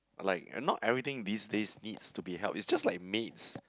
like not everything these days needs to be helped is just like maids